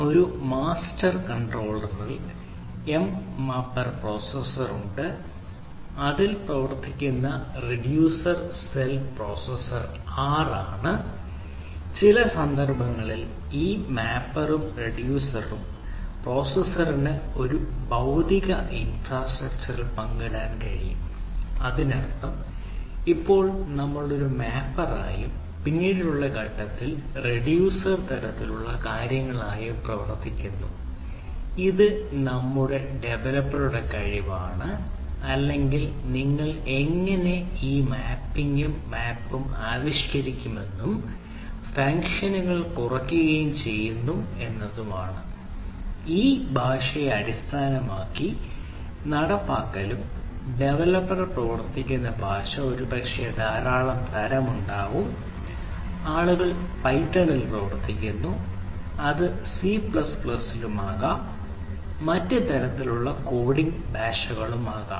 ഒരു മാസ്റ്റർ കൺട്രോളറിൽ ആകാം മറ്റ് തരത്തിലുള്ള കോഡിംഗ് ഭാഷകളും ആകാം